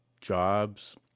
jobs